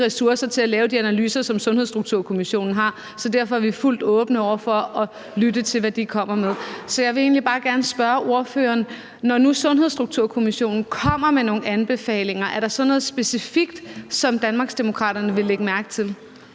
ressourcer til at lave de analyser, som Sundhedsstrukturkommissionen har, så derfor er vi fuldt ud åbne for at lytte til, hvad de kommer med. Så jeg vil egentlig bare gerne spørge ordføreren: Når nu Sundhedsstrukturkommissionen kommer med nogle anbefalinger, er der så noget specifikt, som Danmarksdemokraterne vil lægge mærke til?